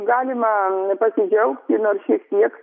galima pasidžiaugt nors šiek tiek